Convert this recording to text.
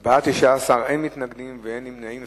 בעד, 19, אין מתנגדים ואין נמנעים.